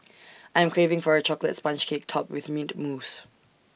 I am craving for A Chocolate Sponge Cake Topped with Mint Mousse